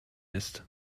ist